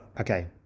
okay